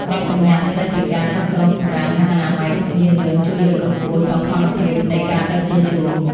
បទប្បញ្ញត្តិស្ដីពីការគ្រប់គ្រងសំរាម និងអនាម័យក្នុងយានយន្តជួយលើកកម្ពស់សោភ័ណភាពនៃការដឹកជញ្ជូន។